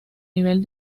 nivel